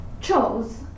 chose